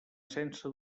sense